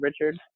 Richard